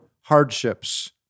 hardships